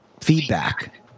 feedback